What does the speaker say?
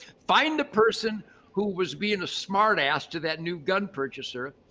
find the person who was being a smart ass to that new gun purchaser,